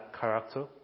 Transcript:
character